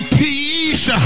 peace